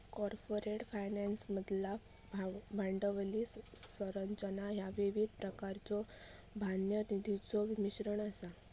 corporate फायनान्समधला भांडवली संरचना ह्या विविध प्रकारच्यो बाह्य निधीचो मिश्रण असा